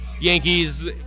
Yankees